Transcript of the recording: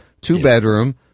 two-bedroom